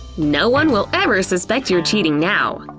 no one will ever suspect you're cheating now.